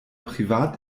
privat